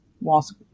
Whilst